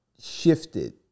shifted